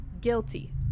guilty